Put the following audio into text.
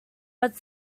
but